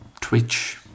Twitch